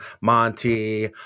Monty